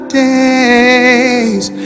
days